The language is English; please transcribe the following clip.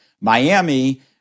Miami